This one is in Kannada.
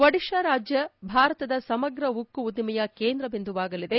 ಒಡಿಶಾ ರಾಜ್ಯ ಭಾರತದ ಸಮಗ್ರ ಉಕ್ಕು ಉದ್ದಿಮೆಯ ಕೇಂದ್ರ ಬಿಂದುವಾಗಲಿದೆ